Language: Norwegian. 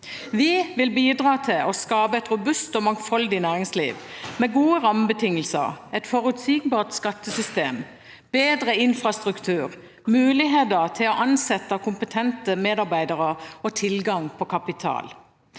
Vi vil bidra til å skape et robust og mangfoldig næringsliv med gode rammebetingelser, et forutsigbart skattesystem, bedre infrastruktur, muligheter til å ansette kompetente medarbeidere og tilgang på kapital.